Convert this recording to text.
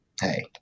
hey